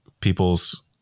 people's